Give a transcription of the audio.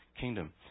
kingdom